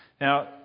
Now